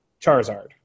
Charizard